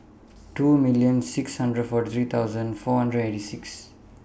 two million six hundred forty three thousand four hundred and eighty six